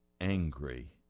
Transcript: angry